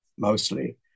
mostly